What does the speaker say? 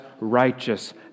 righteous